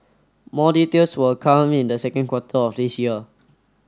more details will come in the second quarter of this year